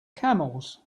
camels